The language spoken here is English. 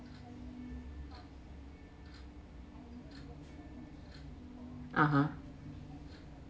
(uh huh)